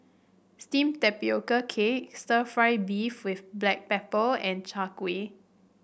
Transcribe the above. steamed Tapioca Cake Stir Fried Beef with Black Pepper and Chai Kuih